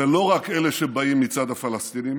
ולא רק אלה שבאים מצד הפלסטינים.